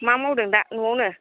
मा मावदों दा न'आवनो